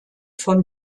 von